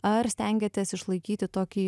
ar stengiatės išlaikyti tokį